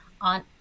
on